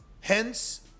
hence